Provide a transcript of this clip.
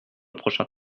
prochain